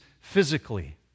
physically